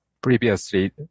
previously